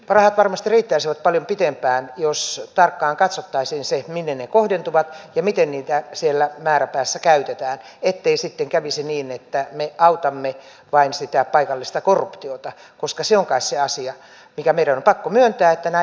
rahat varmasti riittäisivät paljon pitempään jos tarkkaan katsottaisiin se minne ne kohdentuvat ja miten niitä siellä määränpäässä käytetään ettei sitten kävisi niin että me autamme vain sitä paikallista korruptiota koska se on kai se asia mikä meidän on pakko myöntää että näin on